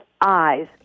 eyes